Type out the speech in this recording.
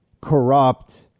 corrupt